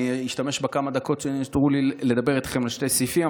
אני אשתמש בכמה דקות שנותרו לי לדבר איתכם על שני סעיפים,